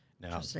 Now